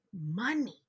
money